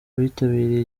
bitabiriye